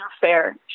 fair